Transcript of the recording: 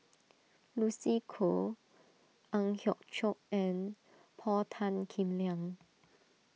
Lucy Koh Ang Hiong Chiok and Paul Tan Kim Liang